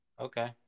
Okay